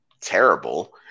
terrible